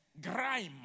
grime